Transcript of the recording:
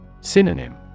Synonym